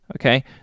okay